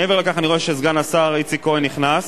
מעבר לכך, אני רואה שסגן השר איציק כהן נכנס,